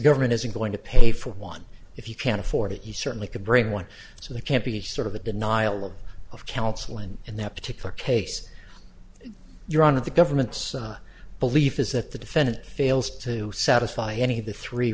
government isn't going to pay for one if you can't afford it you certainly could bring one so that can't be sort of a denial of counsel and in that particular case your on of the government's belief is that the defendant fails to satisfy any of the three